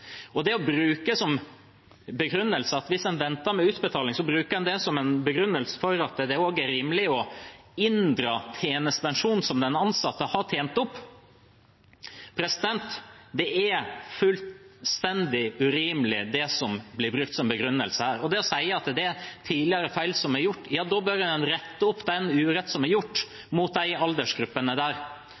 Hvis en venter med utbetaling, bruker en det også som begrunnelse for at det er rimelig å inndra tjenestepensjon som den ansatte har tjent opp. Det er fullstendig urimelig at det blir brukt som begrunnelse her. Når en sier at det er feil som er gjort tidligere, bør en rette opp den urett som er gjort mot disse aldersgruppene.